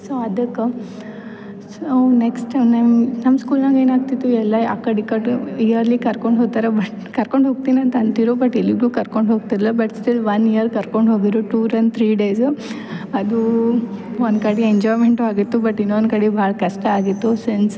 so ಅದಕ್ಕೆ so ಅವ್ರ next ನೆಮ್ ನಮ್ಮ ಸ್ಕೂಲ್ನಾಗೆ ಏನಾಗ್ತಿತ್ತು ಎಲ್ಲ ಅಕ್ಕಡೆ ಇಕ್ಕಡೆ ಬಿ ಇಯರ್ಲಿ ಕರ್ಕೊಂಡು ಹೋಗ್ತಾರೆ ಬಟ್ ಕರ್ಕೊಂಡು ಹೋಗ್ತೀನಿ ಅಂತ ಅಂತಿರು ಬಟ್ ಎಲ್ಲಿಗು ಕರ್ಕೊಂಡು ಹೋಗ್ತಿರ್ಲ ಬಟ್ ಸ್ಟಿಲ್ ಒನ್ ಇಯರ್ ಕರ್ಕೊಂಡು ಹೋಗಿರು ಟೂರನ್ನ ತ್ರೀ ಡೇಸು ಅದು ಒಂದು ಕಡೆ ಎಂಜಾಯ್ಮೆಂಟು ಆಗಿತ್ತು ಬಟ್ ಇನ್ನೊಂದು ಕಡಿ ಭಾಳ ಕಷ್ಟ ಆಗಿತ್ತು ಸೆನ್ಸ್